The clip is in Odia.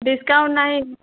ଡିସକାଉଣ୍ଟ ନାହିଁ